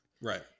Right